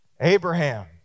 Abraham